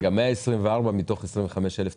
124 מתוך 25,000 תיקים?